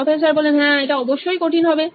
professor হ্যাঁ এটা অবশ্যই কঠিন হবে